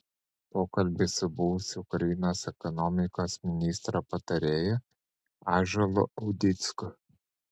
pokalbis su buvusiu ukrainos ekonomikos ministro patarėju ąžuolu audicku